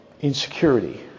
insecurity